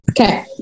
Okay